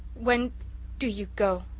when do you go?